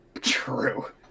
True